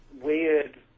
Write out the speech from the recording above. weird